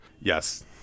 yes